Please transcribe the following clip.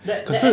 可是